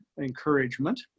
encouragement